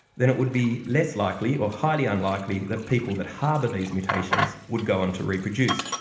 then it would be less likely or highly unlikely that people that harbour these mutations would go on to reproduce.